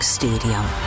stadium